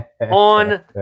on